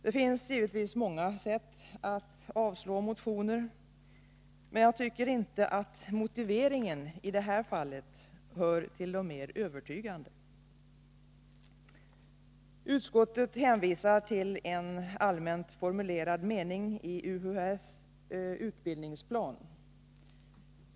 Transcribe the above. Det finns många sätt att avstyrka motioner, men jag tycker inte att motiveringen i det här fallet hör till de mer övertygande. Utskottet hänvisar till en allmänt formulerad mening i UHÄ:s utbildningsplan.